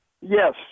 Yes